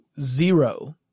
zero